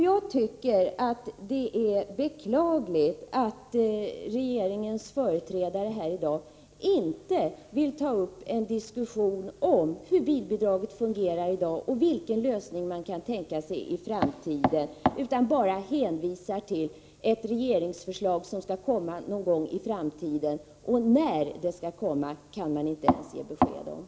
Jag tycker det är beklagligt att regeringens företrädare här i dag inte vill ta upp en diskussion om hur bilbidraget fungerar och vilka lösningar man kan tänka sig i framtiden, utan bara hänvisar till ett regeringsförslag som skall komma och inte ens kan ge besked om när det skall komma.